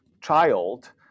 child